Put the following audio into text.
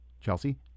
Chelsea